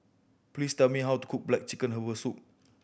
please tell me how to cook black chicken herbal soup